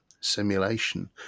simulation